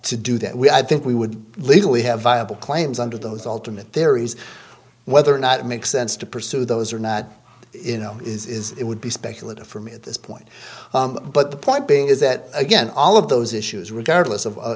to do that we i think we would legally have viable claims under those alternate theories whether or not it makes sense to pursue those or not is it would be speculative for me at this point but the point being is that again all of those issues regardless of